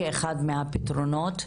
כאחד מהפתרונות.